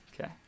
Okay